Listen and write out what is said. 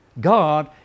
God